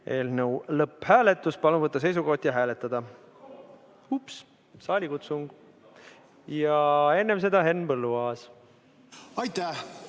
eelnõu lõpphääletus. Palun võtta seisukoht ja hääletada! Ups, saalikutsung. Ja enne seda Henn Põlluaas. Aitäh!